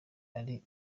ari